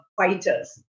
fighters